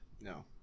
No